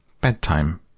Bedtime